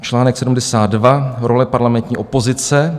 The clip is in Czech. Článek 72 Role parlamentní opozice.